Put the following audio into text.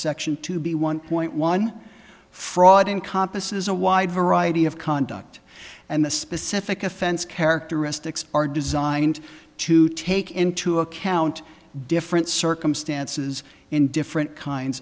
section to be one point one fraud in compas is a wide variety of conduct and the specific offense characteristics are designed to take into account different circumstances in different kinds